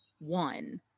one